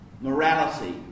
Morality